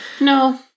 no